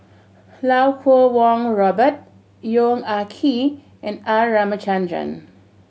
Iau Kuo Kwong Robert Yong Ah Kee and R Ramachandran